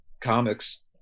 comics